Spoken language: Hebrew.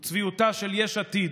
הוא צביעותה של יש עתיד,